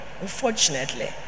Unfortunately